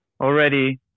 already